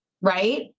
right